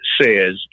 says